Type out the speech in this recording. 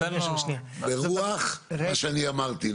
ברוח כמו שאני אמרתי,